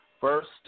First